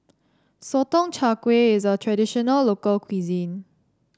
Sotong Char Kway is a traditional local cuisine